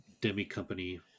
demi-company